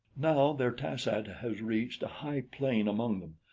now their tas-ad has reached a high plane among them.